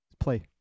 Play